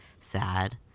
sad